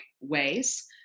ways